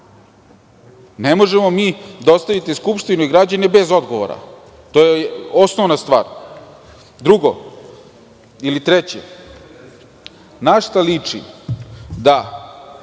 Ne možemo mi da ostavimo Skupštinu i građane bez odgovora, to je osnovna stvar. Drugo, ili treće, na šta liči da,